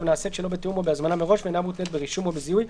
נעשית שלא בתיאום או בהזמנה מראש ואינה מותנית ברישום או בזיהוי,